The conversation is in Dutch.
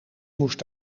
moest